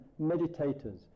meditators